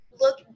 look